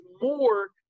more